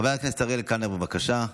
חבר הכנסת אריאל קלנר, בבקשה.